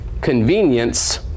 convenience